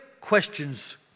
questions